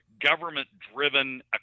government-driven